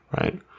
right